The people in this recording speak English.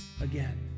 again